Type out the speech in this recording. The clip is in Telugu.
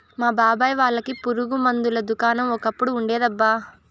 మా బాబాయ్ వాళ్ళకి పురుగు మందుల దుకాణం ఒకప్పుడు ఉండేదబ్బా